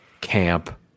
camp